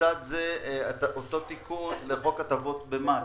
לצד זה אותו תיקון לחוק הטבות במס.